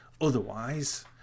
otherwise